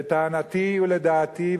לטענתי ולדעתי,